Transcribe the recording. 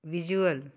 visual